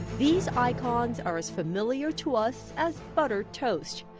these icons are as familiar to us as buttered toast.